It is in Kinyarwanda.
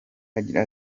agira